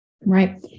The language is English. Right